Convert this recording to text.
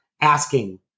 asking